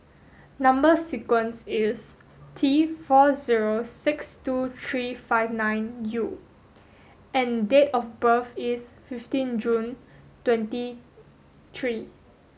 number sequence is T four zero six two three five nine U and date of birth is fifteen June twenty three